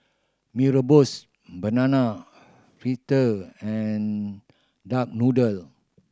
Mee Rebus banana fritter and duck noodle